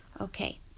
okay